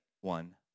one